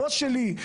הבוס שלי,